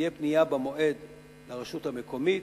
תהיה פנייה במועד לרשות המקומית,